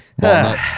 Walnut